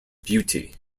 beauty